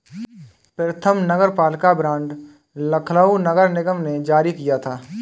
प्रथम नगरपालिका बॉन्ड लखनऊ नगर निगम ने जारी किया था